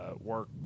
work